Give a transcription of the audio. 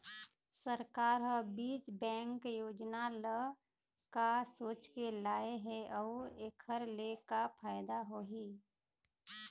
सरकार ह बीज बैंक योजना ल का सोचके लाए हे अउ एखर ले का फायदा होही?